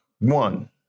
One